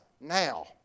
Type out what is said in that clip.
now